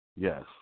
Yes